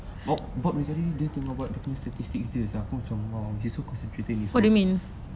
bob bob dari tadi dia tengah buat dia punya statistik dia sia aku pun macam !wow! he is so concentrating